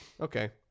Okay